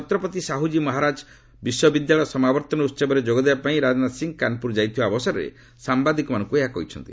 ଛତ୍ରପତି ସାହୁଜୀ ମହାରାଜ ବିଶ୍ୱବିଦ୍ୟାଳୟର ସମାବର୍ତ୍ତନ ଉହବରେ ଯୋଗ ଦେବା ପାଇଁ ରାଜନାଥ ସିଂହ କାନ୍ପୁର ଯାଇଥିବା ଅବସରରେ ସାମ୍ଭାଦିକମାନଙ୍କୁ ଏହା କହିଛନ୍ତି